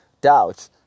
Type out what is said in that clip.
doubt